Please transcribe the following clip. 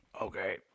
Okay